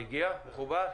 הוא הגיע, מחובר?